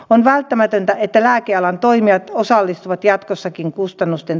on välttämätöntä että lääkealan toimijat osallistuvat jatkossakin kustannusten